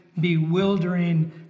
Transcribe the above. bewildering